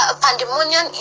pandemonium